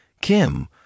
Kim